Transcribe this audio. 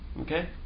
okay